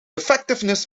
effectiveness